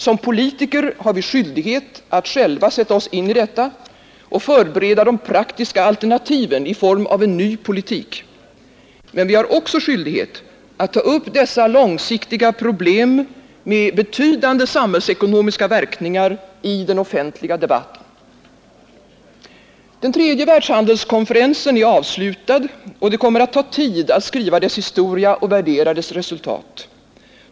Som politiker har vi skyldighet att själva sätta oss in i detta och förbereda de praktiska alternativen i form av en ny politik. Men vi har också skyldighet att ta upp dessa långsiktiga problem, med betydande samhällsekonomiska verkningar, i den offentliga debatten. Den tredje världshandelskonferensen är avslutad, och det kommer att ta tid att skriva dess historia och värdera dess resultat.